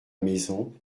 maison